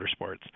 motorsports